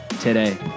today